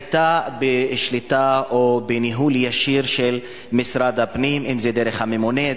והיתה בשליטה או בניהול ישיר של משרד הפנים דרך הממונה,